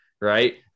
right